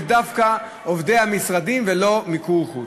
ודווקא עובדי המשרדים ולא מיקור חוץ.